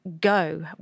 go